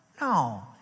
No